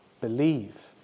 believe